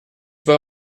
pas